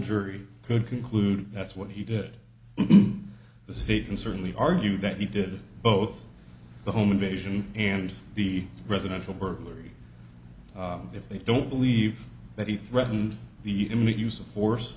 jury could conclude that's what he did the state can certainly argue that he did both the home invasion and the residential burglary if they don't believe that he threatened the in the use of force